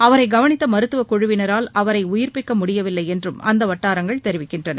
அவரை கவனித்த மருத்துவ குழுவினரால் அவரை உயி்பிக்க முடியவில்லை என்றும் அந்த வட்டாரங்கள் தெரிவிக்கின்றன